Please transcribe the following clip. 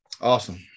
Awesome